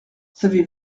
savez